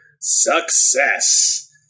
Success